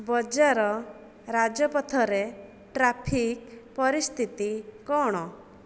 ବଜାର ରାଜପଥରେ ଟ୍ରାଫିକ ପରିସ୍ଥିତି କ'ଣ